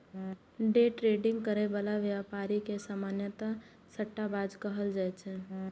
day trading करै बला व्यापारी के सामान्यतः सट्टाबाज कहल जाइ छै